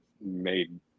made